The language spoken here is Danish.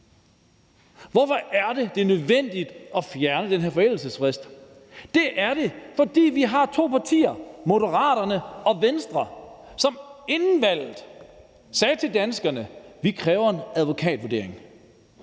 Hvorfor er det nødvendigt at fjerne den her forældelsesfrist? Det er det, fordi vi har to partier, Moderaterne og Venstre, som inden valget sagde til danskerne: Vi kræver en advokatvurdering,